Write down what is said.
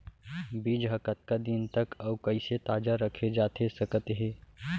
बीज ह कतका दिन तक अऊ कइसे ताजा रखे जाथे सकत हे?